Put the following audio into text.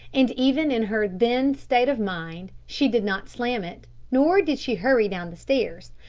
and even in her then state of mind she did not slam it, nor did she hurry down the stairs,